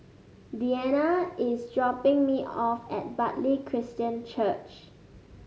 Deanna is dropping me off at Bartley Christian Church